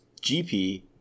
GP